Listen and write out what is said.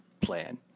plan